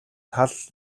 тал